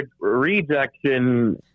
Rejection